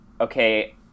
okay